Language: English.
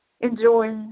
enjoy